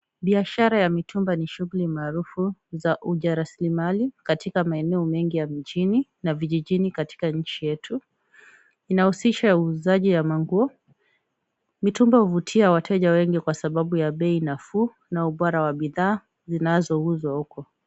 Biashara ya mitumba ni shughuli maarufu za ujarasilimali katika maeneo mengi ya mjini na vijijini katika nchi yetu. Inahusisha uuzaji wa manguo. Mitumba huvutia wateja wengi kwa sababu ya bei nafuu na ubora wa bidhaa zinazouzwa huko.